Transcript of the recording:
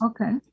Okay